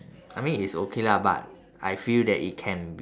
I mean it's okay lah but I feel that it can be